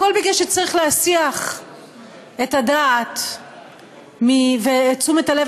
הכול מפני שצריך להסיח את הדעת ואת תשומת הלב